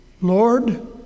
Lord